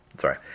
Sorry